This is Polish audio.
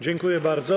Dziękuję bardzo.